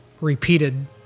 repeated